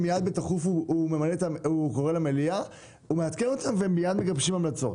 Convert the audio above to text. כשמיד לאחר מכן הוא קורא למליאה ומגבשים המלצות.